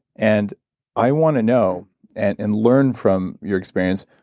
and i want to know and and learn from your experience,